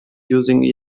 using